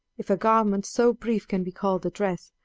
if a garment so brief can be called a dress,